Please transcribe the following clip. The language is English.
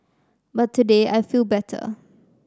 but today I feel better